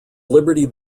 liberty